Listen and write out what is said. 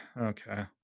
Okay